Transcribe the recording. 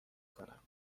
کنم